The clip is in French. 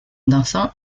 dansant